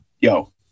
yo